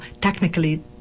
technically